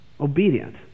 Obedient